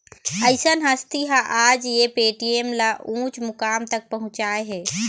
अइसन हस्ती ह आज ये पेटीएम ल उँच मुकाम तक पहुचाय हे